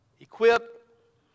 Equip